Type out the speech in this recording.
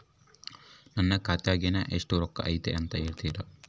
ನನ್ನ ಖಾತೆಯಾಗಿನ ರೊಕ್ಕ ಎಷ್ಟು ಅದಾ ಅಂತಾ ಹೇಳುತ್ತೇರಾ?